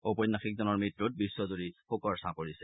ঔপন্যাসিকজনৰ মৃত্যুত বিশ্বজুৰি শোকৰ ছাঁ পৰিছে